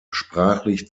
sprachlich